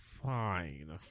fine